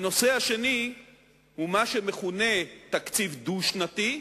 הנושא השני הוא מה שמכונה תקציב דו-שנתי,